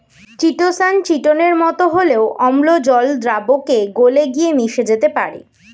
chitosan চিটোনের মতো হলেও অম্ল জল দ্রাবকে গুলে গিয়ে মিশে যেতে পারে